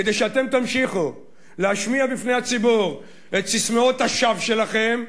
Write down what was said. כדי שאתם תמשיכו להשמיע בפני הציבור את ססמאות השווא שלכם,